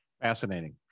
Fascinating